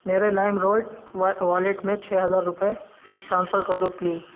میرے LimeRoad wallet میں چھ ہزار روپئے ٹرانسفر کر دو پلیز